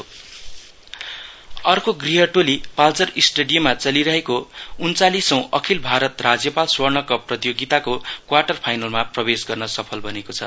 football अर्को गृह टोली पाल्जर स्टेडियममा चलिरहेको उन्चालीसौं अखिल भारत राज्यपाल स्वर्णकप प्रतियोगिताको क्वार्टर फाइलमा प्रवेश गर्न सफल बनेको छ